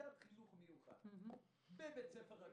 בכיתת חינוך מיוחד בבית ספר רגיל?